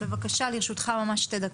בבקשה לרשותך ממש שתי דקות.